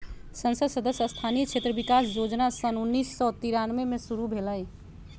संसद सदस्य स्थानीय क्षेत्र विकास जोजना सन उन्नीस सौ तिरानमें में शुरु भेलई